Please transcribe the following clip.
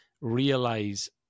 realize